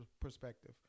perspective